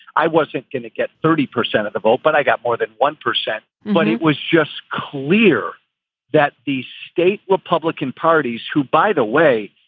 i wasn't going to get thirty percent of the vote, but i got more than one percent. but it was just clear that the state republican parties, who, by the way,